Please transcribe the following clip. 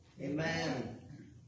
Amen